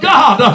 God